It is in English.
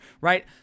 right